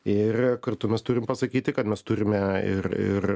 ir kartu mes turim pasakyti kad mes turime ir ir